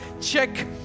check